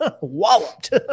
Walloped